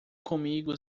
comigo